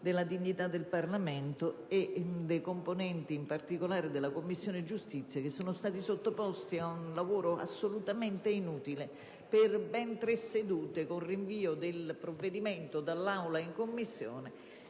della dignità del Parlamento ed in particolare dei componenti della Commissione giustizia, che sono stati sottoposti ad un lavoro assolutamente inutile per ben tre sedute, con rinvio del provvedimento dall'Aula in Commissione